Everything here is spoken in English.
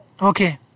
okay